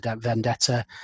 vendetta